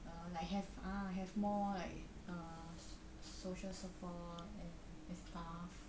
err like have ah have more like uh soc~ social support and stuff